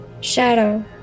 Shadow